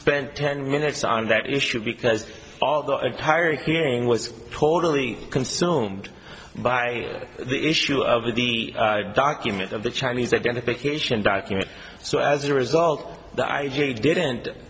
spent ten minutes on that issue because of the entire hearing was totally consumed by the issue of the documents of the chinese identification documents so as a result the i g didn't